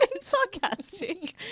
sarcastic